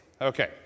Okay